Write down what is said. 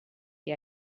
que